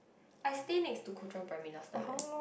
I stay next to Kuo Chuan primary last time eh